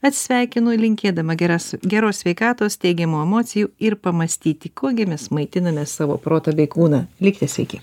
atsisveikinu linkėdama geras geros sveikatos teigiamų emocijų ir pamąstyti kuo gi mes maitiname savo protą bei kūną likite sveiki